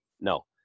no